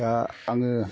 दा आङो